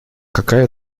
какая